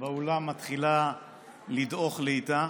באולם מתחילה לדעוך לאיטה.